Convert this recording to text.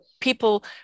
people